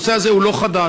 הנושא הזה אינו חדש.